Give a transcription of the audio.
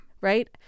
right